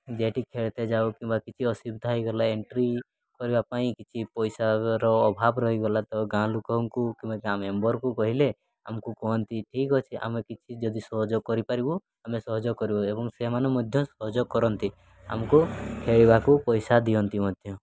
ଯେଉଁଠି ଖେଳିତେ ଯାଉ କିମ୍ବା କିଛି ଅସୁବିଧା ହୋଇଗଲା ଏଣ୍ଟ୍ରି କରିବା ପାଇଁ କିଛି ପଇସାର ଅଭାବ ରହିଗଲା ତ ଗାଁ ଲୋକଙ୍କୁ କିମ୍ବା ଗାଁ ମେମ୍ବର୍କୁ କହିଲେ ଆମକୁ କୁହନ୍ତି ଠିକ୍ ଅଛି ଆମେ କିଛି ଯଦି ସହଯୋଗ କରିପାରିବୁ ଆମେ ସହଯୋଗ କରିବୁ ଏବଂ ସେମାନେ ମଧ୍ୟ ସହଯୋଗ କରନ୍ତି ଆମକୁ ଖେଳିବାକୁ ପଇସା ଦିଅନ୍ତି ମଧ୍ୟ